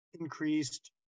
increased